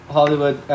Hollywood